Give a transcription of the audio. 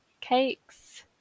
cakes